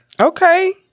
Okay